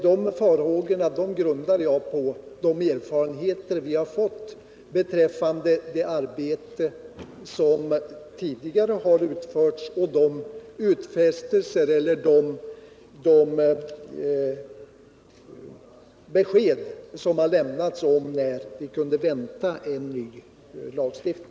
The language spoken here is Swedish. De farhågorna grundar jag på de erfarenheter vi fått av det arbete som tidigare har utförts och alla de besked som tidgare lämnats om när vi kunde vänta oss en ny lagstiftning.